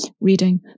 reading